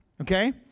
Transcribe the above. Okay